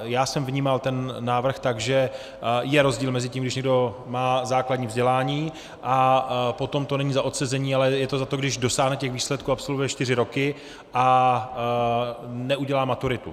Já jsem vnímal ten návrh tak, že je rozdíl mezi tím, když někdo má základní vzdělání, a potom to není za odsezení, ale je to za to, když dosáhne těch výsledků, absolvuje čtyři roky a neudělá maturitu.